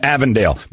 Avondale